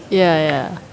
ya ya